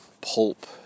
pulp